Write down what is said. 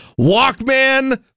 Walkman